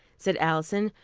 said alison,